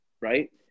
right